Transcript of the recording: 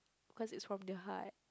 cause is from the heart